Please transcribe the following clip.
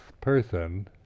person